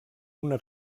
una